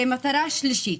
מטרה שלישית.